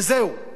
וזהו.